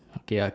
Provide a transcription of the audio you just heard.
okay ah